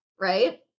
right